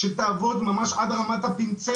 שתעבוד על זה ממש עד רמת הפינצטה.